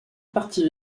partit